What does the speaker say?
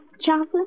chocolate